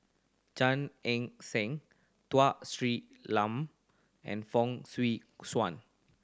Gan Eng Seng Tun Sri Lanang and Fong Swee Suan